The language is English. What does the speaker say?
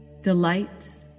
delight